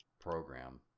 program